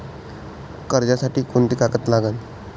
कर्जसाठी कोंते कागद लागन?